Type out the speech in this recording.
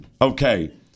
Okay